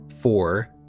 Four